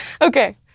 Okay